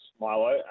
Milo